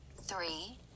three